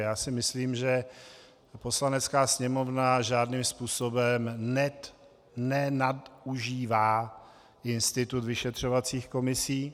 Já si myslím, že Poslanecká sněmovna žádným způsobem nenadužívá institut vyšetřovacích komisí.